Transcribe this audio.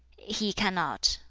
he cannot,